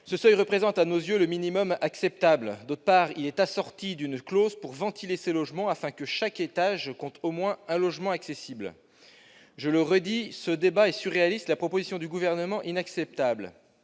Ce seuil représente, à nos yeux, le minimum acceptable. En outre, ce taux est assorti d'une clause pour ventiler ces logements, afin que chaque étage compte au moins un logement accessible. Je le répète, ce débat est surréaliste, la proposition du Gouvernement inacceptable.